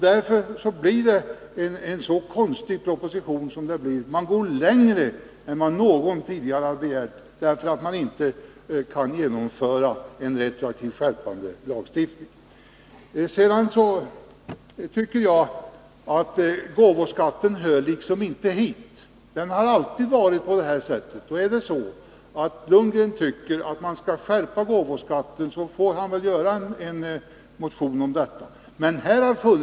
Därför blir det så konstigt — man går längre än någon tidigare begärt, därför att man inte kan genomföra en skärpande retroaktiv lagstiftning. Frågan om gåvoskatten hör egentligen inte hit. Den har alltid beräknats på det här sättet. Tycker Bo Lundgren att man skall skärpa gåvobeskattningen får han väl skriva en motion om den saken.